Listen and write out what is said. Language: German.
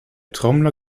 trommler